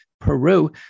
Peru